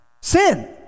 sin